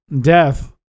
death